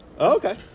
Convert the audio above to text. Okay